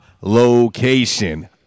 location